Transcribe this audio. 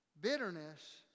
Bitterness